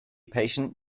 patient